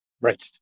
Right